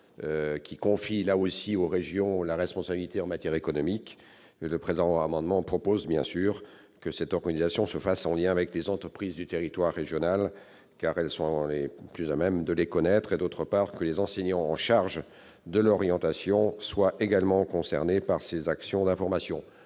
confie aux régions des responsabilités en matière économique. Le présent amendement vise à prévoir, d'une part, que cette organisation se fait en lien avec les entreprises du territoire de la région, cette dernière étant la plus à même de les connaître, et, d'autre part, que les enseignants en charge de l'orientation sont également concernés par ces actions d'information.